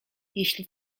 jeśli